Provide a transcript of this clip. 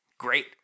Great